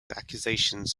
accusations